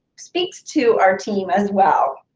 speaks to our team as well.